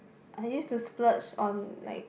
I used to splurge on like